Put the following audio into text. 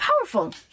powerful